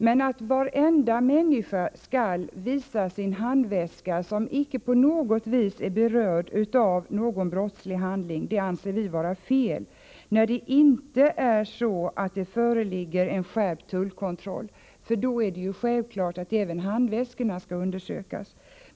Men att varenda människa, utan att alls vara berörd av någon brottslig handling, skall visa sin handväska, det anser vi vara fel, när det inte föreligger skärpt tullkontroll. Om sådan kontroll införts är det givet att även handväskorna skall undersökas.